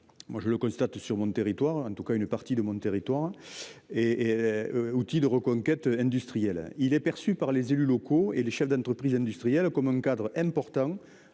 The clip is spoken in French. Moi je le constate sur mon territoire. En tout cas une partie de mon territoire et et. Outil de reconquête industrielle, il est perçu par les élus locaux et les chefs d'entreprises industriels comme un cadre important